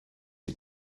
die